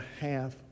half